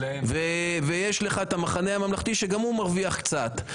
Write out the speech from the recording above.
יש לך גם את המחנה הממלכתי שגם הוא מרוויח קצת.